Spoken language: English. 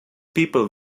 people